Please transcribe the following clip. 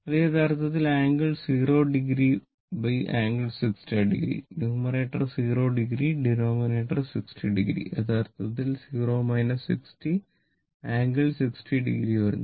അത് യഥാർത്ഥത്തിൽ angle 0o angle 60o numerator 0o denominator 60o യഥാർത്ഥത്തിൽ 0o 60o ആംഗിൾ 60o വരുന്നു